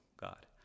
God